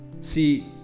See